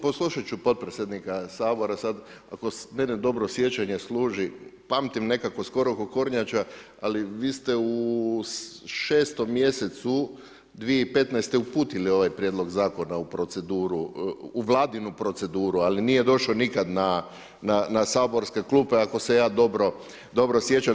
Poslušat ću potpredsjednika Sabora, sad ako mene dobro sjećanje služi pamtim nekako skoro ko' kornjača, ali vi ste u 6 mjesecu 2015. uputili ovaj prijedlog zakona u proceduru, u vladinu proceduru ali nije došao nikad na saborske klupe ako se ja dobro sjećam.